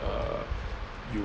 err you